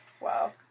Wow